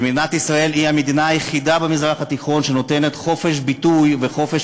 מדינת ישראל היא המדינה היחידה במזרח התיכון שנותנת חופש ביטוי וחופש